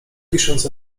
pisząc